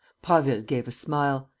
prasville gave a smile.